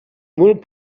molt